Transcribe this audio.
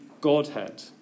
Godhead